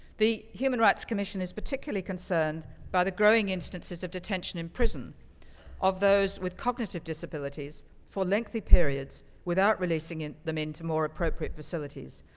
the human rights commission is particularly concerned by the growing instances of detention and prison of those with cognitive disabilities for lengthy periods without release them into more appropriate facilities.